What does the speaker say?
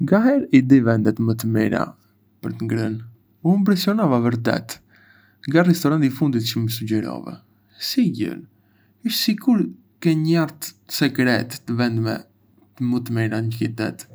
ngaherë i di vendet më të mira për të ngrënë... u impresionova vërtet nga restoranti i fundit çë më sugjerove. Si i gjen? Është sikur ke një hartë sekrete të vendeve më të mira në qytet!